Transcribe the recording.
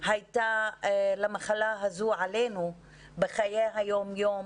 הייתה למחלה הזו עלינו בחיי היום יום,